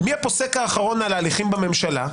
מי הפוסק האחרון על ההליכים בממשלה?